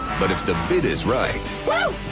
but if the bid is right. whoo!